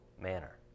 manner